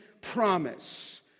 promise